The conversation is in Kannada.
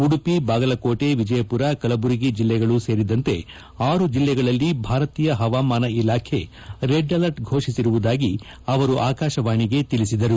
ಉಡುಪಿ ಬಾಗಲಕೋಟೆ ವಿಜಯಪುರ ಕಲಬುರಗಿ ಜಿಲ್ಲೆಗಳು ಸೇರಿದಂತೆ ಆರು ಜಿಲ್ಲೆಗಳಲ್ಲಿ ಭಾರತೀಯ ಹವಾಮಾನ ಇಲಾಖೆ ರೆಡ್ ಅಲರ್ಟ್ ಫೋಷಿಸಿರುವುದಾಗಿ ಅವರು ಆಕಾಶವಾಣಿಗೆ ತಿಳಿಸಿದರು